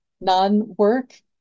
non-work